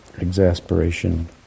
exasperation